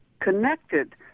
connected